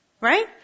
Right